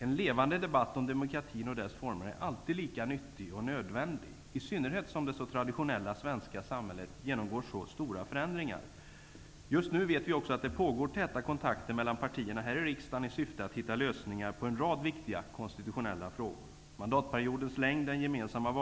En levande debatt om demokratin och dess former är alltid lika nyttig och nödvändig, i synnerhet som det så traditionella svenska samhället genomgår så stora förändringar. Just nu vet vi att det pågår täta kontakter mellan partierna här i riksdagen i syfte att hitta lösningar på en rad viktiga konstitutionella frågor -- Fru talman!